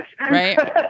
Right